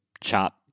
chop